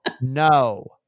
no